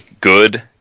good